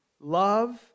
love